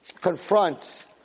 confronts